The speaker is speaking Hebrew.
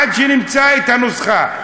עד שנמצא את הנוסחה.